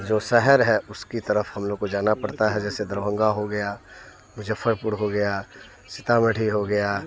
जो शहर है उसकी तरफ हम लोग को जाना पड़ता है जैसे दरभंगा हो गया मुजफ्फरपुर हो गया सीतामढ़ी हो गया